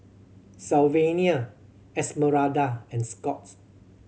Sylvania Esmeralda and Scott